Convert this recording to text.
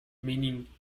meaning